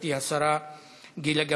גברתי השרה גילה גמליאל,